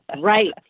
right